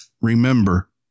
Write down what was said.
remember